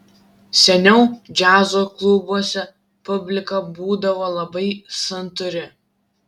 seniau džiazo klubuose publika būdavo labai santūri